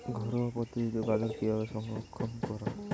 ঘরোয়া পদ্ধতিতে গাজর কিভাবে সংরক্ষণ করা?